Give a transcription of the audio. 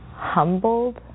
humbled